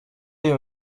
you